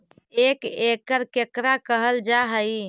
एक एकड़ केकरा कहल जा हइ?